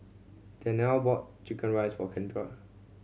Danae bought chicken rice for Kendra